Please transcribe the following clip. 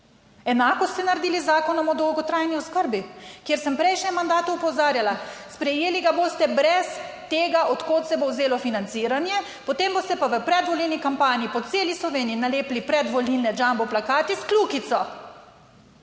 Enako ste naredili z Zakonom o dolgotrajni oskrbi, kjer sem v prejšnjem mandatu opozarjala: sprejeli ga boste brez tega, od kod se bo vzelo financiranje, potem boste pa v predvolilni kampanji po celi Sloveniji nalepili predvolilne jumbo plakate s kljukico.